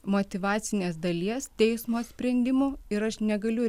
motyvacinės dalies teismo sprendimo ir aš negaliu